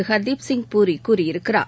ஹர்தீப்சிங் பூரி கூறியிருக்கிறார்